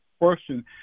question